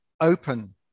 open